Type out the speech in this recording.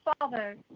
Father